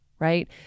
right